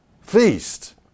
feast